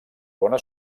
bona